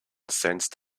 sensed